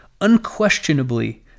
unquestionably